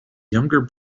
younger